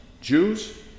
Jews